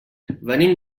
venim